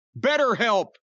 BetterHelp